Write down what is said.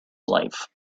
life